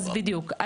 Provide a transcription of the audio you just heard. אז בדיוק.